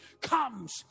comes